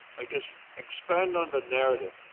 i guess expand on the narrative